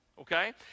Okay